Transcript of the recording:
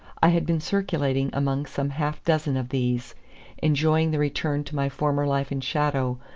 i had been circulating among some half-dozen of these enjoying the return to my former life in shadow,